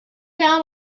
down